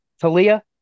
Talia